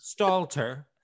Stalter